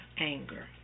anger